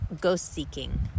ghost-seeking